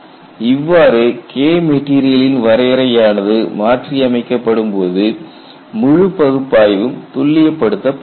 இவ்வாறு KMat ன் வரையறை ஆனது மாற்றி அமைக்கப்படும் போது முழு பகுப்பாய்வும் துல்லிய படுத்தப்படுகிறது